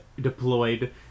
deployed